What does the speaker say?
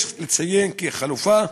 יש לציין כי יש חלופה,